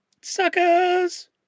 suckers